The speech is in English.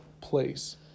place